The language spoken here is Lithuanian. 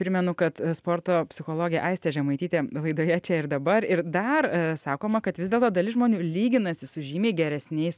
primenu kad sporto psichologė aistė žemaitytė laidoje čia ir dabar ir dar sakoma kad vis dėlto dalis žmonių lyginasi su žymiai geresniais